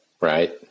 Right